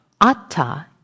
Atta